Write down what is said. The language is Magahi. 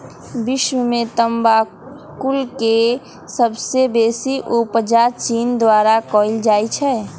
विश्व में तमाकुल के सबसे बेसी उपजा चीन द्वारा कयल जाइ छै